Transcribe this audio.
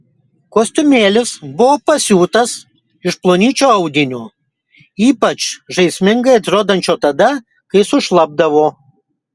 kostiumėlis buvo pasiūtas iš plonyčio audinio ypač žaismingai atrodančio tada kai sušlapdavo